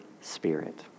Spirit